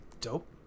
Dope